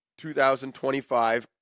2025